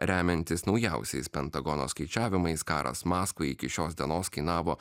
remiantis naujausiais pentagono skaičiavimais karas maskvai iki šios dienos kainavo